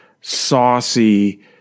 Saucy